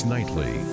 Nightly